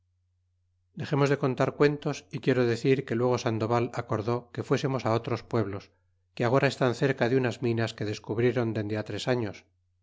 dexemos de contar cuentos y quiero decir que luego sandoval acordó que fuesemos otros pueblos que agora estan cerca de unas minas que descubrieron dende tres años